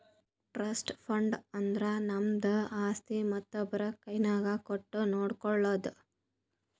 trust fund ಅಂದುರ್ ನಮ್ದು ಆಸ್ತಿ ಮತ್ತೊಬ್ರು ಕೈನಾಗ್ ಕೊಟ್ಟು ನೋಡ್ಕೊಳೋದು